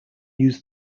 used